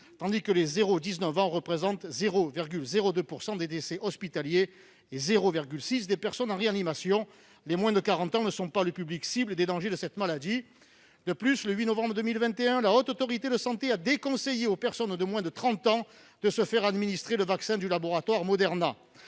tandis que les 0-19 ans représentent 0,02 % des décès hospitaliers et 0,6 % des personnes admises en réanimation. Les moins de 40 ans ne sont donc pas le public le plus touché par les dangers de cette maladie. De plus, le 8 novembre 2021, la Haute Autorité de santé déconseillait aux personnes de moins de 30 ans de se faire administrer le vaccin du laboratoire Moderna.